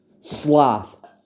Sloth